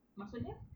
maksudnya